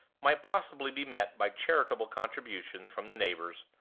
might possibly be met by charitable contributions from the neighbors,